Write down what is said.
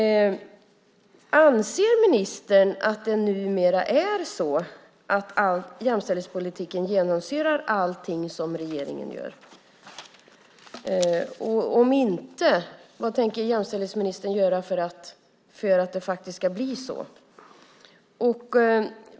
Anser ministern att det numera är så att jämställdhetspolitiken genomsyrar allt som regeringen gör? Om inte, vad tänker jämställdhetsministern göra för att det faktiskt ska bli så?